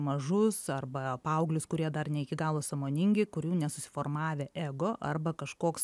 mažus arba paauglius kurie dar ne iki galo sąmoningi kurių nesusiformavę ego arba kažkoks